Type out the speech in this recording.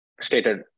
stated